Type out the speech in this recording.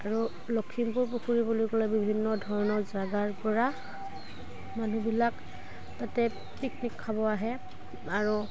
আৰু লখিমপুৰ পুখুৰী বুলি ক'লে বিভিন্ন ধৰণৰ জেগাৰপৰা মানুহবিলাক তাতে পিকনিক খাব আহে আৰু